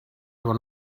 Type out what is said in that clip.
one